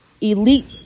elite